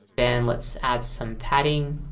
and let's add some padding,